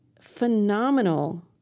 phenomenal